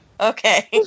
Okay